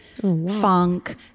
funk